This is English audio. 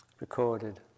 recorded